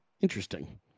Interesting